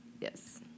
Yes